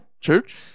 Church